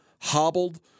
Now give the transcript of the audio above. hobbled